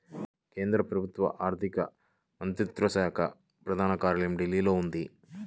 కేంద్ర ప్రభుత్వ ఆర్ధిక మంత్రిత్వ శాఖ ప్రధాన కార్యాలయం ఢిల్లీలో ఉంది